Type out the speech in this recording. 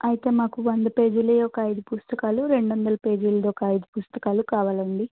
అయితే నాకు వంద పేజీలవి ఒక అయిదు పుస్తకాలు రెండు వందల పేజీలది ఒక అయిదు పుస్తకాలు కావాలండి